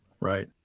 right